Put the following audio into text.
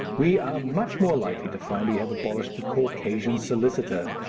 we are much more likely to find we have abolished the caucasian solicitor.